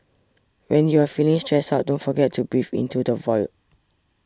when you are feeling stressed out don't forget to breathe into the void